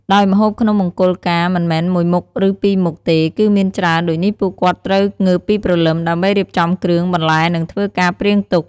ដោយម្ហូបក្នុងមង្គលការមិនមែនមួយមុខឬពីរមុខទេគឹមានច្រើនដូចនេះពួកគាត់ត្រូវងើបពីព្រលឹម ដើម្បីរៀបចំគ្រឿង បន្លែ និងធ្វើការព្រៀងទុក។